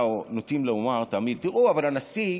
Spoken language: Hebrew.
נוטים לומר תמיד: תראו, אבל הנשיא,